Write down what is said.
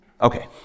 Okay